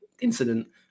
incident